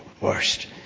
worst